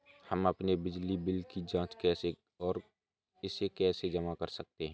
हम अपने बिजली बिल की जाँच कैसे और इसे कैसे जमा करें?